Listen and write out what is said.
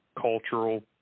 cultural